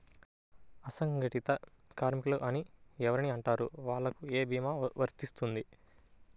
అసంగటిత కార్మికులు అని ఎవరిని అంటారు? వాళ్లకు ఏ భీమా వర్తించుతుంది?